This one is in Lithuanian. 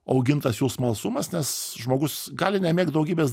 augintas jų smalsumas nes žmogus gali nemėgt daugybės